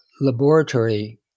laboratory